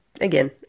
again